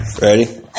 Ready